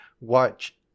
watch